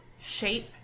shape